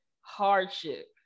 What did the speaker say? hardship